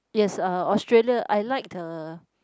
yes uh Australia I like the